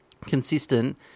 consistent